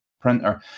printer